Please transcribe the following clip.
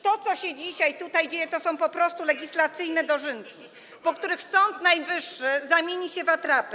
To, co się dzisiaj tutaj dzieje, to są po prostu legislacyjne dożynki, po których Sąd Najwyższy zamieni się w atrapę.